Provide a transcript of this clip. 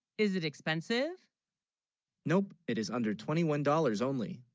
is it expensive nope it is under twenty one dollars only